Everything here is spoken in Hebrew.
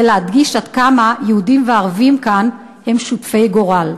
להדגיש עד כמה יהודים וערבים כאן הם שותפי גורל.